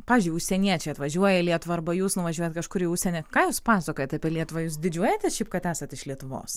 pavyzdžiui užsieniečiai atvažiuoja į lietuvą arba jūs nuvažiuojat kažkur į užsienį ką jūs pasakojat apie lietuvą jūs didžiuojatės šiaip kad esat iš lietuvos